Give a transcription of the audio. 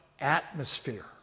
atmosphere